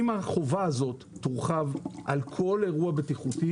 אם החובה הזאת תורחב על כל אירוע בטיחותי